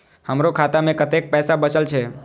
हमरो खाता में कतेक पैसा बचल छे?